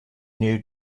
new